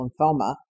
lymphoma